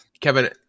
Kevin